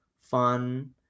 fun